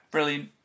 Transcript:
Brilliant